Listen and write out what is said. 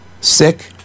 Sick